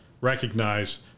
recognize